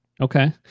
Okay